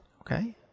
Okay